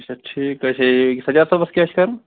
اچھا ٹھیٖک حظ چھُ سجاد صٲبس کیاہ چھُ کَرُن